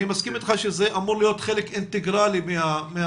אני מסכים איתך שזה אמור להיות חלק אינטגרלי מהפרוגרמה,